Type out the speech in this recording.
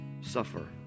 Suffer